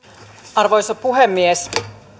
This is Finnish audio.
arvoisa puhemies